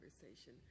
conversation